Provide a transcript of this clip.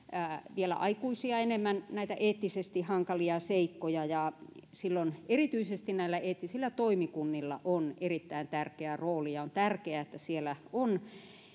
vielä aikuisia enemmän näitä eettisesti hankalia seikkoja ja silloin erityisesti näillä eettisillä toimikunnilla on erittäin tärkeä rooli ja on tärkeää että siellä on